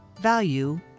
value